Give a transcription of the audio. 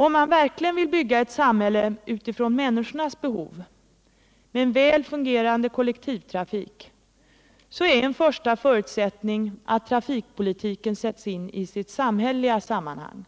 Om man verkligen vill bygga ett samhälle utifrån människornas behov, med en väl fungerande kollektivtrafik, är en första förutsättning att trafikpolitiken sätts in i sitt samhälleliga sammanhang.